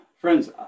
friends